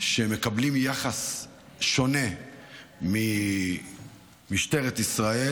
שמקבלות יחס שונה ממשטרת ישראל היא